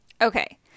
Okay